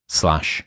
slash